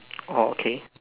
orh okay